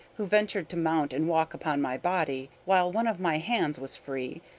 who ventured to mount and walk upon my body, while one of my hands was free,